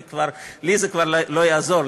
לי זה כבר לא יעזור,